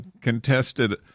contested